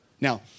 Now